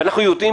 אנחנו יודעים,